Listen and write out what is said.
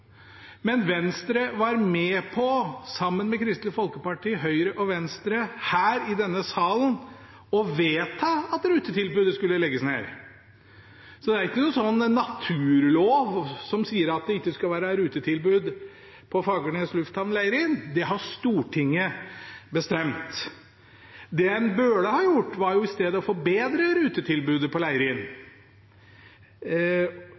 men Venstre var med på, sammen med Kristelig Folkeparti og Høyre, her i denne salen å vedta at rutetilbudet skulle legges ned. Det er ingen naturlov som sier at det ikke skal være rutetilbud på Fagernes lufthavn, Leirin, det har Stortinget bestemt. Det en i stedet burde ha gjort, var å forbedre rutetilbudet på